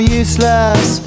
useless